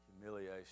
Humiliation